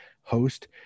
host